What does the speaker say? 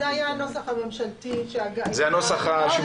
אז זה היה הנוסח הממשלתי שהיה בסעיף 2. זה הנוסח שמקובל?